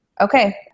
Okay